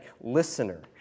listener